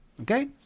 Okay